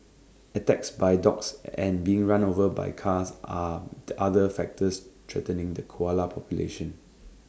attacks by dogs and being run over by cars are the other factors threatening the koala population